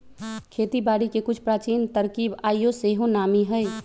खेती बारिके के कुछ प्राचीन तरकिब आइयो सेहो नामी हइ